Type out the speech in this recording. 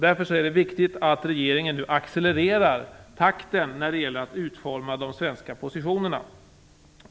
Därför är det viktigt att regeringen nu accelererar takten när det gäller att utforma de svenska positionerna.